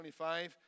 25